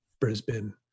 brisbane